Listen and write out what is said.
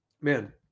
Man